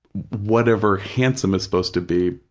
whatever handsome is supposed to be,